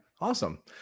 awesome